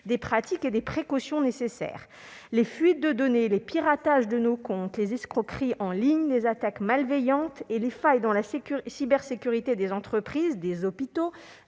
les pratiques et les précautions nécessaires. Les fuites de données, les piratages de comptes, les escroqueries en ligne, les attaques malveillantes et les failles dans la cybersécurité des entreprises, des hôpitaux,